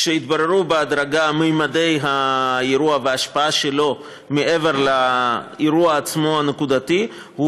כשהתבררו בהדרגה ממדי האירוע וההשפעה שלו מעבר לאירוע הנקודתי עצמו,